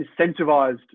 incentivized